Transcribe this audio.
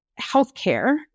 healthcare